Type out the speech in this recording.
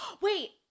Wait